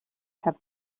have